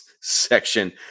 section